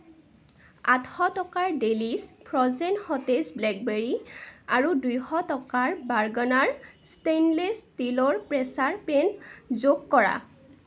আঠশ টকাৰ Delish frozen সতেজ ব্লেকবেৰী আৰু দুশ টকাৰ বাৰ্গনাৰ ষ্টেইনলেছ ষ্টীলৰ প্ৰেচাৰ পেন যোগ কৰা